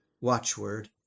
watchword